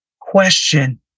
question